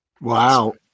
Wow